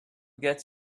gets